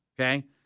okay